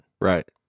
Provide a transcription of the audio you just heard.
Right